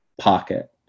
pocket